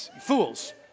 Fools